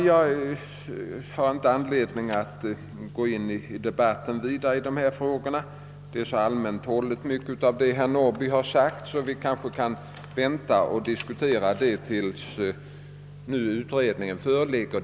Jag har inte anledning att vidare gå in i diskussion av dessa frågor. Mycket av vad herr Norrby sade var, som sagt, synnerligen allmänt hållet, och jag tror att vi bör vänta med den fortsatta diskussionen tills utredningen föreligger.